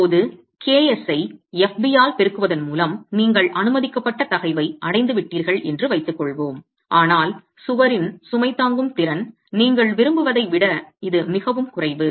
இப்போது Ks ஐ fb ஆல் பெருக்குவதன் மூலம் நீங்கள் அனுமதிக்கப்பட்ட தகைவை அடைந்துவிட்டீர்கள் என்று வைத்துக்கொள்வோம் ஆனால் சுவரின் சுமை தாங்கும் திறன் நீங்கள் விரும்புவதை விட இது மிகவும் குறைவு